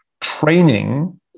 training